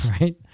right